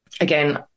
again